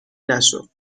نشو